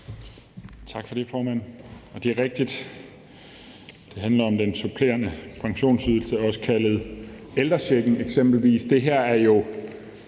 Tak for det, formand. Det handler rigtigt nok om den supplerende pensionsydelse, også kaldet ældrechecken. Det her er jo